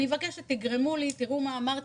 אני מבקשת שתראו מה אמרתי,